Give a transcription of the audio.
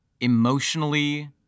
emotionally